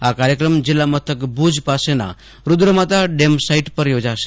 આ કાર્યક્રમ જિલ્લા મથક ભુજ પાસેના રૂદ્રમાતા ડેમ સાઇટ ઉપર યોજાશે